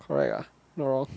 correct ah no